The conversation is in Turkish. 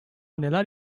neler